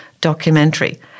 documentary